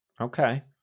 okay